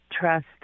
trust